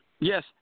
Yes